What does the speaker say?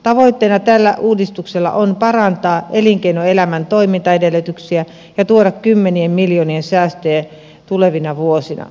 tavoitteena tällä uudistuksella on parantaa elinkeinoelämän toimintaedellytyksiä ja tuoda kymmenien miljoonien säästöjä tulevina vuosina